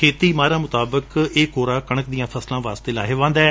ਖੇਤੀ ਮਾਹਿਰਾਂ ਮੁਤਾਬਕ ਇਹ ਕੋਹਰਾ ਕਣਕ ਦੀਆਂ ਫਸਲਾਂ ਵਾਸਤੇ ਲਾਹੇਵੰਦ ਏ